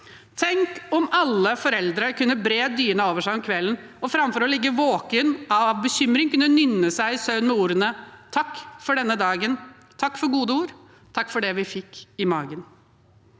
Tenk om alle foreldre kunne bre dyna over seg om kvelden og framfor å ligge våken av bekymring, og kunne nynne seg i søvn med ordene: «Takk for denne dagen, takk for gode ord, for det gode vi fikk i magen».